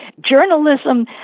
journalism